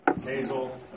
nasal